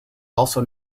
also